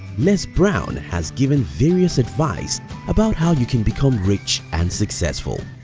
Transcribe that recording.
less brown has given various advice about how you can become rich and successful.